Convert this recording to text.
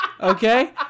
Okay